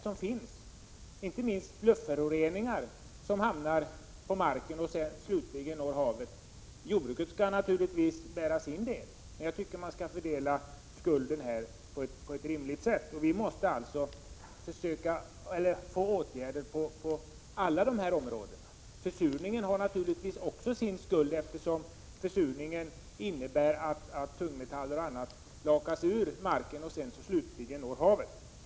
Det är inte minst fråga om luftföroreningar som hamnar på marken och slutligen också i havet. Jordbruket skall naturligtvis bära sin del av skulden, men jag tycker att skulden skall fördelas på ett rimligt sätt. Vi måste alltså vidta åtgärder på alla dessa områden. Försurningen har naturligtvis sin skuld, eftersom den innebär att tungmetaller och annat lakas ur marken och slutligen når havet.